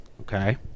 Okay